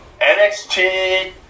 NXT